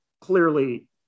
clearly